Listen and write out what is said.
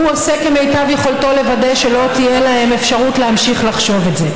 הוא עושה כמיטב יכולתו לוודא שלא תהיה להם אפשרות להמשיך לחשוב את זה.